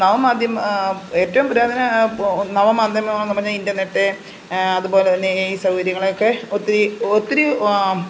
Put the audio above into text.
നവ മാധ്യമ ഏറ്റവും പുരാതന നവമാധ്യമം എന്ന് പറഞ്ഞാൽ ഇൻറർനെറ്റ് അതുപോലെ തന്നെ എ ഐ സൗകര്യങ്ങൾ ഒക്കെ ഒത്തിരി ഒത്തിരി ആ